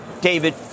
David